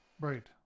Right